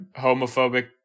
homophobic